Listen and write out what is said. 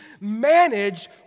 manage